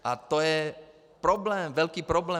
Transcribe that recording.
A to je problém, velký problém.